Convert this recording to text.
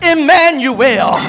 Emmanuel